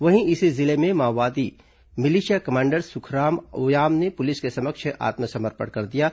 वहीं इसी जिले में माओवादी मिलिशिया कमांडर सुखराम ओयाम ने पुलिस के समक्ष आत्मसमर्पण कर दिया है